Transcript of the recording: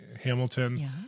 Hamilton